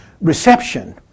reception